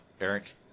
Eric